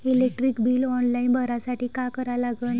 Electric bill online भरासाठी का करा लागन?